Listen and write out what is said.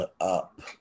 up